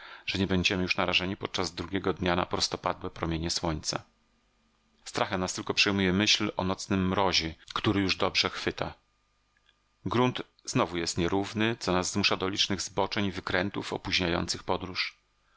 że nie będziemy już narażeni podczas drugiego dnia na prostopadłe promienie słońca strachem nas tylko przejmuje myśl o nocnym mrozie który już dobrze chwyta grunt znowu jest nierówny co nas zmusza do licznych zboczeń i wykrętów opóźniających podróż